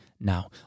now